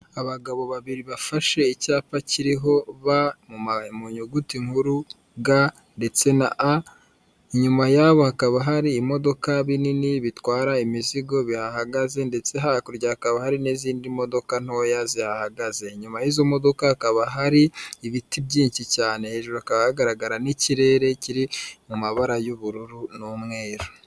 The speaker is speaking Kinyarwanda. Abagabo babiri bafashe icyapa kiriho Ba mu ma mu nyuguti nkuru Ga ndetse na A, inyuma yabo hakaba hari imodoka binini bitwara imizigo bihagaze, ndetse hakurya hakaba hari n'izindi modoka ntoya zihahagaze. Inyuma y'izo modoka hakaba hari ibiti byinshi cyane. Hejuru hakaba hagaragara n'ikirere kiri mu mabara y'ubururu n'umweru.